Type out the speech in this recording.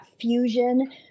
fusion